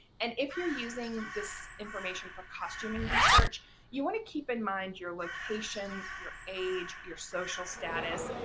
and if you're using this information for costuming research you want to keep in mind your location, your age, your social status.